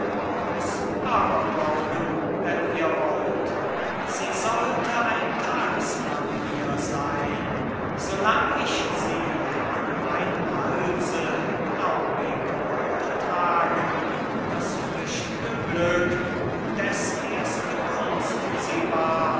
aus aberglauben wenn ihr wollt sie sollte ein talisman mir sein solang ich sie an meinem halse glaubig würde tragen das flüchtge glück des erste gunst sie war